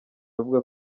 avuga